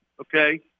okay